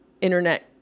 internet